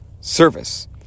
service